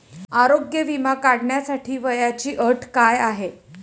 आरोग्य विमा काढण्यासाठी वयाची अट काय आहे?